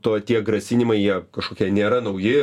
to tie grasinimai jie kažkokie nėra nauji